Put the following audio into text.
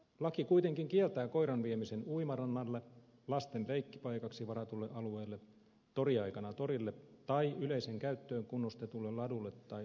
laki kuitenkin kieltää koiran viemisen uimarannalle lasten leikkipaikaksi varatulle alueelle toriaikana torille tai yleiseen käyttöön kunnostetulle ladulle tai urheilukentälle